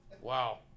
Wow